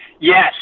Yes